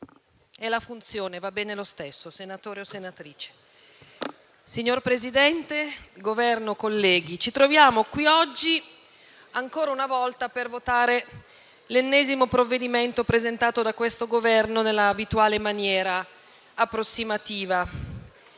rappresentanti del Governo, colleghi, ci troviamo qui oggi, ancora una volta, a votare l'ennesimo provvedimento presentato da questo Governo nell'abituale maniera approssimativa.